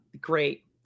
great